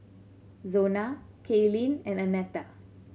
Zona Cailyn and Annetta